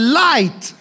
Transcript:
light